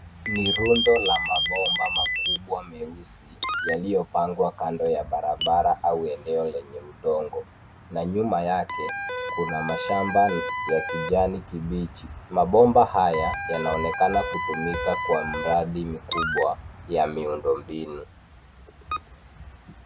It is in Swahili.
Ni rundo la mabomba kubwa meusi yaliyopangwa kando ya barabara au eneo lenye udongo. Na nyuma yake, kuna mashamba ya kijani kibichi. Mabomba haya yanaonekana kutumika kwa mradi mkubwa ya miundo mbinu.